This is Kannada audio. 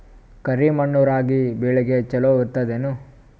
ಕರಿ ಮಣ್ಣು ರಾಗಿ ಬೇಳಿಗ ಚಲೋ ಇರ್ತದ ಏನು?